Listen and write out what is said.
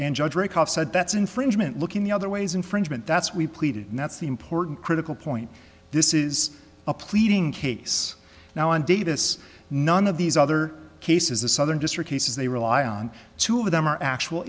and judge or a cop said that's infringement looking the other ways infringement that's we pleaded and that's the important critical point this is a pleading case now on davis none of these other cases the southern district cases they rely on two of them are actual